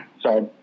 sorry